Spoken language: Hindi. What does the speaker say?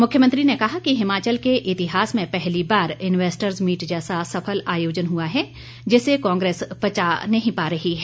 मुख्यमंत्री ने कहा कि हिमाचल के इतिहास में पहली बार इनवेस्टर्स मीट जैसा सफल आयोजन हुआ है जिसे कांग्रेस पचा नहीं पा रही है